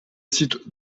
site